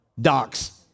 Docs